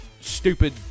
stupid